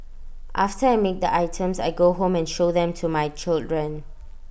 after I make the items I go home and show them to my children